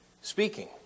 speaking